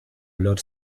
olor